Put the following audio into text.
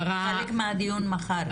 זה חלק מהדיון מחר.